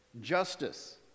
Justice